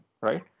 right